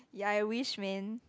ya I wish man